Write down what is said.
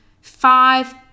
Five